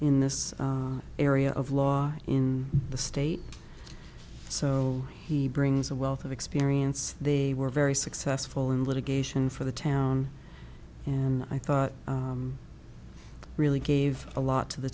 in this area of law in the state so he brings a wealth of experience they were very successful in litigation for the town and i thought really gave a lot to the